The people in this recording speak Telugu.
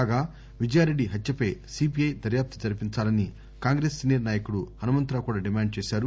కాగా విజయారెడ్డి హత్యపై సిబిఐ దర్యాప్తు జరిపించాలని కాంగ్రెస్ సీనియర్ నాయకుడు హనుమంతరావు కూడా డిమాండ్ చేశారు